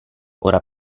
ora